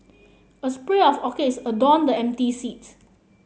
a spray of orchids adorned the empty seat